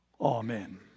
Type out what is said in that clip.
Amen